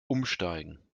umsteigen